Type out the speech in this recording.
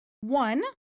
one